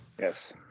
yes